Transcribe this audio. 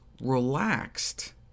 relaxed